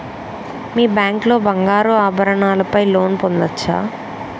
మీ bank లో బంగారు ఆభరణాల పై లోన్ పొందచ్చా?